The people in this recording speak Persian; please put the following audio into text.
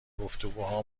گفتگوها